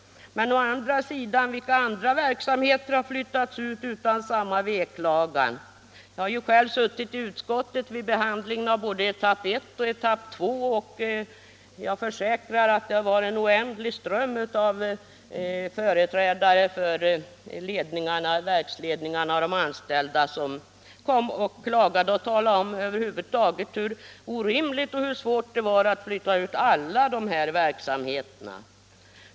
Men å andra sidan, vilka andra verksamheter har flyttats ut utan samma veklagan? Jag har själv suttit i utskottet vid behandlingen av både etapp I och etapp 2, och jag försäkrar att det var en oändlig ström av företrädare för verksledningarna och de anställda som kom och klagade och talade om hur orimligt svårt det var att flytta ut de här verksamheterna.